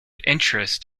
interest